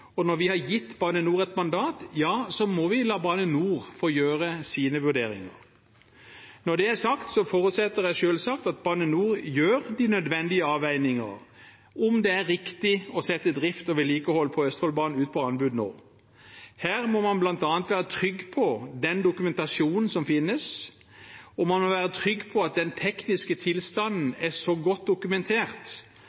og når vi har gitt Bane NOR et mandat, må vi la Bane NOR få gjøre sine vurderinger. Når det er sagt, forutsetter jeg selvsagt at Bane NOR gjør de nødvendige avveininger, om det er riktig å sette drift og vedlikehold på Østfoldbanen ut på anbud nå. Her må man bl.a. være trygg på den dokumentasjonen som finnes, og man må være trygg på at den tekniske tilstanden